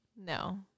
no